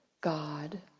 god